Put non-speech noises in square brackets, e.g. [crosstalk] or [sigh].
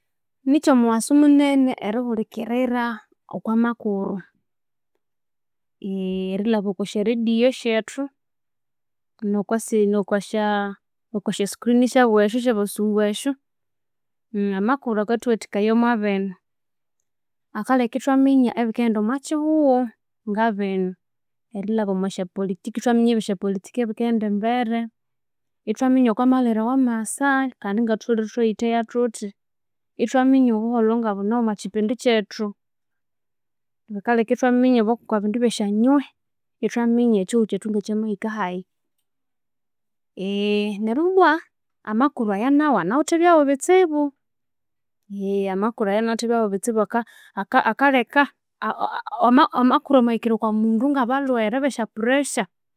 Nikyomughasu munene erihulhikirira okwa makuru, [hesitation] erilhaba okwa sya radio shethu nokwa se- nokwa sha screen shaba esya basungu esyo [hesitation] amakuru akathuwathikaya omwa binu; akalheka ithwaminya ebikaghenda omwa kihugho nga binu; erilhaba omwa sha politic ithwaminya ebya sha politic ebikaghenda embere, ithwaminya okwa malhwere awa masa kandi ngathutholhere ithwayitheya thuthi ithwaminya obuholho ngabune omwa kipindi kyethu, bukalheka ithwaminya obo okwa bindu byesyanyuhi ithwaminya ekihugho kyethu nga kyamahikahi [hesitation] neryu ibwa amakuru aya anawithe ebyaghu bitsibu [hesitation] aka- aka- akalheka a- ama- amakuru amahikira okwa mundu ngabalhwere be pressure.